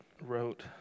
wrote